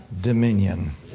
dominion